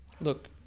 Look